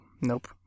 nope